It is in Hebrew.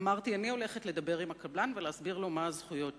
אמרתי: אני הולכת לדבר עם הקבלן ולהסביר לו מה הזכויות שלך.